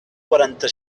quaranta